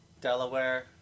Delaware